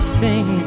sing